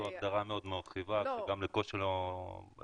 אולי